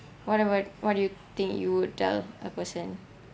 what about what do you think you would tell a person